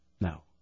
no